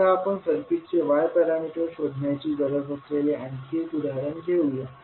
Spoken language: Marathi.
आता आपण सर्किटचे Y पॅरामीटर्स शोधण्याची गरज असलेले आणखी एक उदाहरण घेऊया